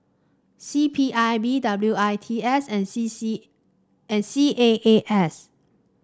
C P I B W I T S and C C and C A A S